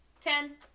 Ten